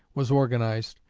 was organized,